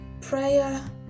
prayer